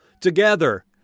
together